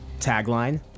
tagline